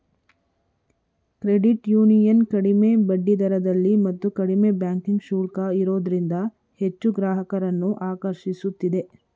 credit union ಕಡಿಮೆ ಬಡ್ಡಿದರದಲ್ಲಿ ಮತ್ತು ಕಡಿಮೆ ಬ್ಯಾಂಕಿಂಗ್ ಶುಲ್ಕ ಇರೋದ್ರಿಂದ ಹೆಚ್ಚು ಗ್ರಾಹಕರನ್ನು ಆಕರ್ಷಿಸುತ್ತಿದೆ